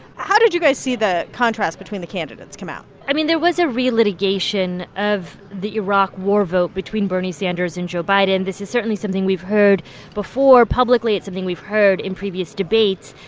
how did you guys see the contrast between the candidates come out? i mean, there was a relitigation of the iraq war vote between bernie sanders and joe biden. this is certainly something we've heard before publicly. it's something we've heard in previous debates.